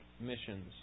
missions